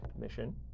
Mission